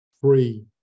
Three